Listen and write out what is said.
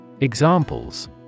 Examples